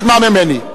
תשמע ממני.